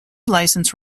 license